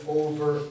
over